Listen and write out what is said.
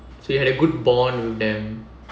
so you had a good bond with them